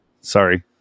sorry